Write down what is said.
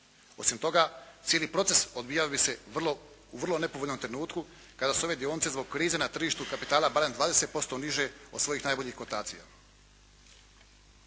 Osim toga, cijeli proces odvijao bi se u vrlo nepovoljnom trenutku kada su ove dionice zbog krize na tržištu kapitala barem 20% niže od svojih najboljih kotacija.